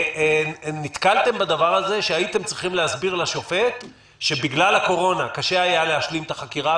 זה כבר קבוע בתקש"ח וזה כמובן חל גם עלינו,